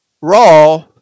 RAW